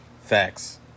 Facts